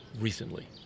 Recently